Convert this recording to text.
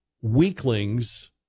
weaklings